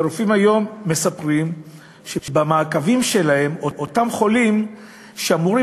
רופאים מספרים שבמעקבים שלהם הם רואים שאותם חולים שאמורים